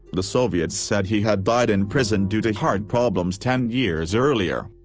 the soviets said he had died in prison due to heart problems ten years earlier.